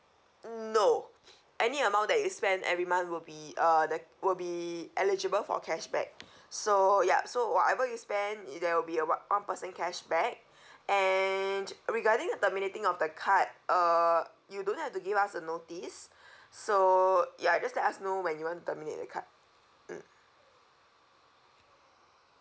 no any amount that you spend every month will be uh the will be eligible for cashback so yup so whatever you spent there will be a one one percent cashback and regarding terminating of the card uh you don't have to give us a notice so ya just let us know when you want terminate the card mm